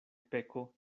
peko